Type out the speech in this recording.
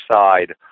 side